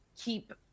keep